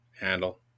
handle